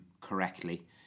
correctly